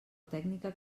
tècnica